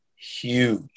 Huge